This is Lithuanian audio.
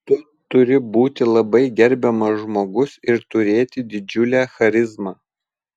tu turi būti labai gerbiamas žmogus ir turėti didžiulę charizmą